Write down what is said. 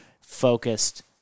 focused